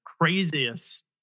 craziest